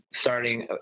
starting